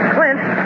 Clint